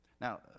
Now